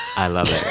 i love it.